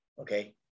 Okay